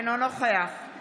אינו נוכח אני